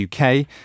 UK